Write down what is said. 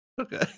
Okay